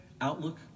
outlook